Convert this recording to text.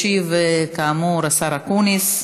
ישיב, כאמור, השר אקוניס,